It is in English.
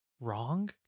wrong